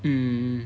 mm